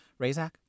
Razak